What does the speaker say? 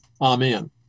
Amen